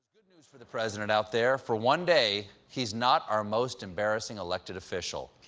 good news for the president out there. for one day, he's not our most embarrassing elected official.